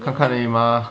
看看而已嘛